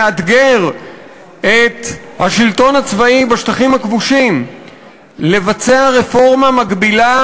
מאתגר את השלטון הצבאי בשטחים הכבושים לבצע רפורמה מקבילה